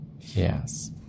Yes